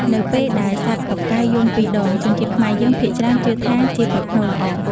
នៅពេលដែលសត្វតុកែយំពីរដង ជនជាតិខ្មែរយើងភាគច្រើនជឿថាជាប្រផ្នូលល្អ។